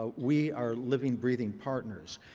we are living, breathing partners.